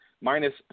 Minus